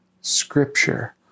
Scripture